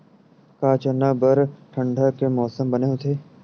का चना बर ठंडा के मौसम बने होथे?